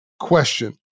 question